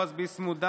בועז ביסמוט,